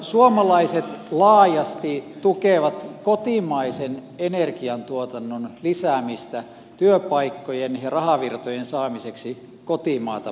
suomalaiset laajasti tukevat kotimaisen energiantuotannon lisäämistä työpaikkojen ja rahavirtojen saamiseksi kotimaata elvyttämään